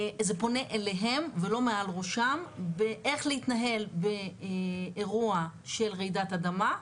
זה פונה אליהם ולא מעל ראשם באיך להתנהל באירוע של רעידת אדמה.